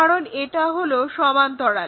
কারণ এটা হলো সমান্তরাল